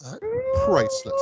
Priceless